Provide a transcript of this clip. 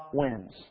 wins